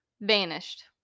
vanished